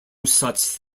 such